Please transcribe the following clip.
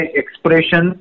expression